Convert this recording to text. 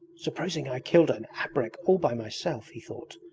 supposing i killed an abrek all by myself he thought,